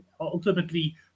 ultimately